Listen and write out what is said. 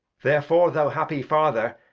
therefore thou happy father,